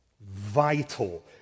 vital